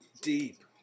deep